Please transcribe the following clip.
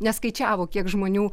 neskaičiavo kiek žmonių